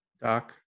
Doc